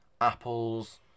apples